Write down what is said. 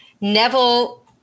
neville